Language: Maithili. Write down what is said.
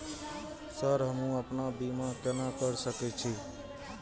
सर हमू अपना बीमा केना कर सके छी?